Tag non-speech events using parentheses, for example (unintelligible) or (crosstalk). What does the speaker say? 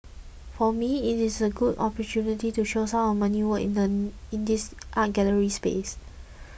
for me it is a good opportunity to show some of my new work (unintelligible) in this art gallery space